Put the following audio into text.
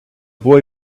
boy